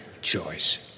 choice